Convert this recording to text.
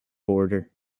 border